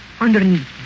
Underneath